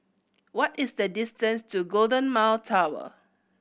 what is the distance to Golden Mile Tower